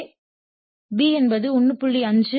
எனவே B என்பது 1